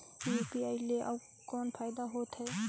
UPI ले अउ कौन फायदा होथ है?